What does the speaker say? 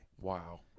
Wow